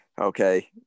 Okay